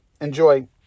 Enjoy